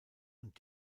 und